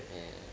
ya